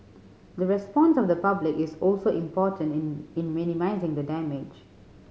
the response of the public is also important in in minimising the damage